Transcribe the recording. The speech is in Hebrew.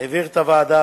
העביר את ההצעה.